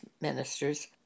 ministers